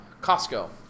Costco